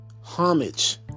homage